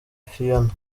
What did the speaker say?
phiona